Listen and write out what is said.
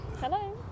Hello